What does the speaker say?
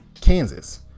Kansas